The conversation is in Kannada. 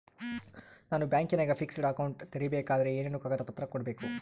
ನಾನು ಬ್ಯಾಂಕಿನಾಗ ಫಿಕ್ಸೆಡ್ ಅಕೌಂಟ್ ತೆರಿಬೇಕಾದರೆ ಏನೇನು ಕಾಗದ ಪತ್ರ ಕೊಡ್ಬೇಕು?